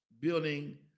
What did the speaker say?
building